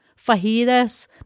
fajitas